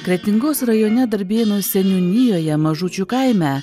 kretingos rajone darbėnų seniūnijoje mažučių kaime